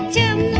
do